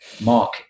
Mark